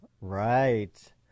Right